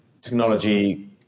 technology